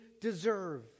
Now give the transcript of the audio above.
deserve